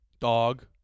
Dog